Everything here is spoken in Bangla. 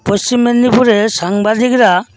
পশ্চিম মেদিনীপুরের সাংবাদিকরা